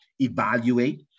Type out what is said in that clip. evaluate